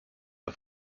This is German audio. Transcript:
der